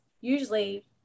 usually